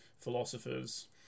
philosophers